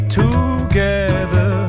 together